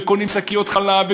וקונים שקיות חלב,